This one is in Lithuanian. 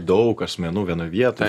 daug asmenų vienoj vietoj